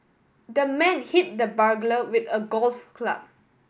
the man hit the burglar with a golf club